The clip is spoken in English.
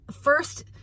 first